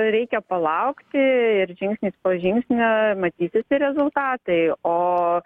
reikia palaukti ir žingsnis po žingsnio matysis ir rezultatai o